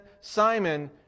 Simon